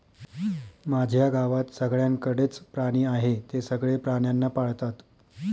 माझ्या गावात सगळ्यांकडे च प्राणी आहे, ते सगळे प्राण्यांना पाळतात